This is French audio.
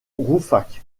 rouffach